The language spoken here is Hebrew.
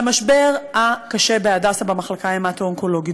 למשבר הקשה בהדסה במחלקה ההמטו-אונקולוגית.